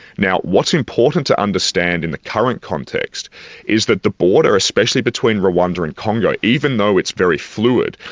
now, what's important to understand in the current context is that the border, especially between rwanda and congo, even though it's very fluid,